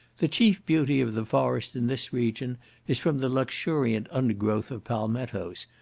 the chief beauty of the forest in this region is from the luxuriant undergrowth of palmetos,